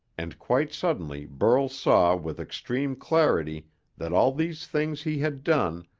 and quite suddenly burl saw with extreme clarity that all these things he had done,